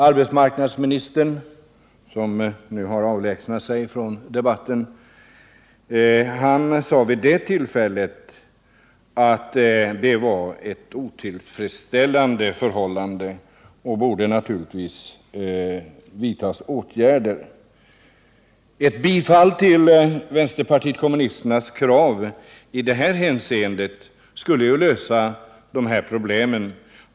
Arbetsmarknadsministern, som nu har avlägsnat sig från debatten, sade vid det tillfället att detta var ett otillfredsställande förhållande, som naturligtvis borde rättas till. Ett bifall till vpk:s krav i det här hänseendet skulle lösa det problemet.